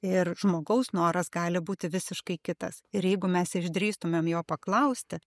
ir žmogaus noras gali būti visiškai kitas ir jeigu mes išdrįstumėm jo paklausti